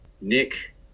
Nick